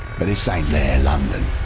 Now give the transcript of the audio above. but this ain't their london.